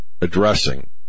addressing